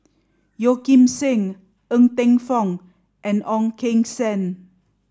Yeo Kim Seng Ng Teng Fong and Ong Keng Sen